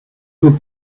could